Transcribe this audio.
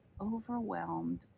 overwhelmed